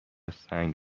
سنگ